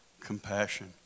compassion